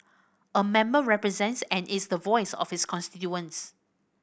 a member represents and is the voice of his constituents